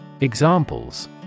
Examples